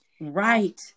right